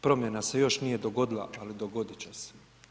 Promjena se još nije dogodila ali dogodit će se.